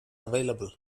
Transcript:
available